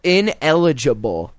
ineligible